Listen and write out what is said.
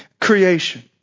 creation